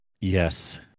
Yes